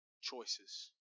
choices